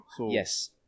Yes